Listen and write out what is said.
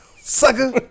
sucker